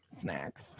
snacks